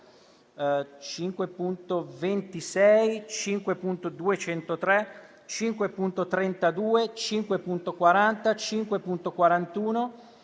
5.201, 5.20, 5.32, 5.40, 5.41,